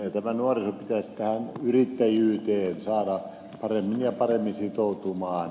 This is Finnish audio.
nuoriso pitäisi tähän yrittäjyyteen saada paremmin ja paremmin sitoutumaan